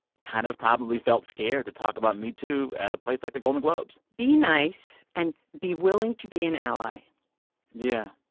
kind of probably felt scared to talk about metoo at a place like the golden globes? be nice. and be willing to be an ally yeah,